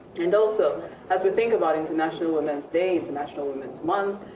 and also as we think about international women's day, international women's month,